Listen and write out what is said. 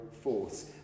force